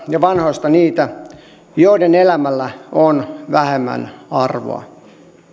ja vanhoista niitä joiden elämällä on vähemmän arvoa